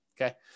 Okay